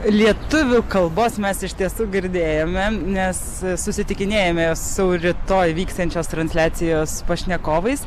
lietuvių kalbos mes iš tiesų girdėjome nes susitikinėjome su rytoj vyksiančios transliacijos pašnekovais